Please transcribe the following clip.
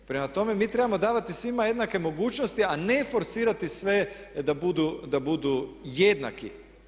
Prema tome, mi trebamo davati svima jednake mogućnosti a ne forsirati sve a ne da budu jednaki.